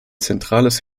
zentrales